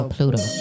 Pluto